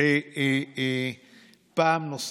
פעם נוספת.